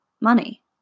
money